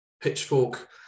pitchfork